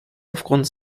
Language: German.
aufgrund